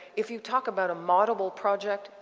if you talk about a modelable project,